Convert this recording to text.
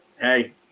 hey